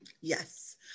yes